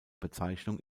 bezeichnung